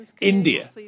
India